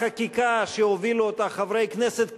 החקיקה שהובילו חברי כנסת,